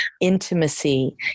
intimacy